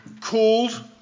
Called